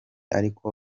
ariko